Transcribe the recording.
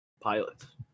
Pilots